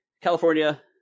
California